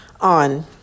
on